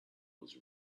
was